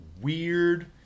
weird